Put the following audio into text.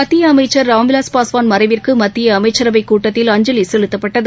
மத்திய அமைச்சர் ராம்விலாஸ் பாஸ்வான் மறைவிற்கு மத்திய அமைச்சரவை கூட்டத்தில் அஞ்சலி செலுத்தப்பட்டது